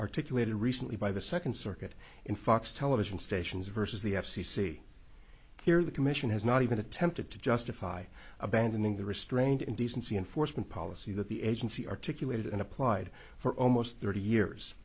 articulated recently by the second circuit in fox television stations versus the f c c here the commission has not even attempted to justify abandoning the restraint indecency enforcement policy that the agency articulated and applied for almost thirty years